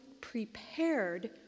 prepared